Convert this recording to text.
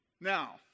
Now